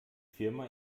firma